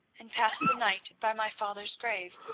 and pass the night by my father's grave.